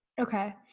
Okay